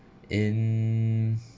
and